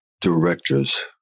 directors